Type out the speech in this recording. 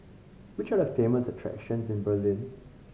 which are the famous attractions in Berlin